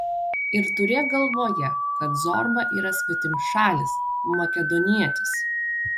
ir turėk galvoje kad zorba yra svetimšalis makedonietis